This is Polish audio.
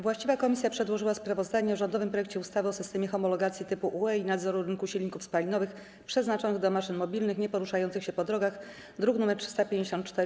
Właściwa komisja przedłożyła sprawozdanie o rządowym projekcie ustawy o systemach homologacji typu UE i nadzoru rynku silników spalinowych przeznaczonych do maszyn mobilnych nieporuszających się po drogach, druk nr 354.